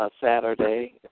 Saturday